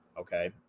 okay